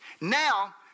Now